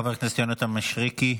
חבר הכנסת יונתן מישרקי.